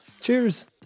cheers